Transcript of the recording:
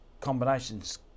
combinations